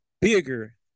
bigger